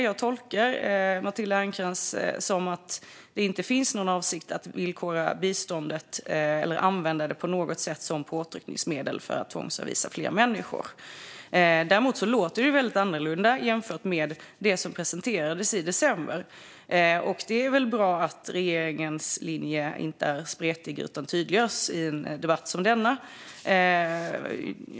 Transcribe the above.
Jag tolkar Matilda Ernkrans som att det inte finns någon avsikt att villkora biståndet eller att på något sätt använda det som påtryckningsmedel för att tvångsavvisa fler människor. Däremot låter det väldigt annorlunda jämfört med det som presenterades i december. Det är väl bra att regeringens linje inte är spretig utan tydliggörs i en debatt som denna.